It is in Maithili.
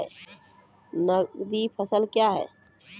नगदी फसल क्या हैं?